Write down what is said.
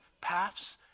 paths